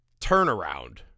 turnaround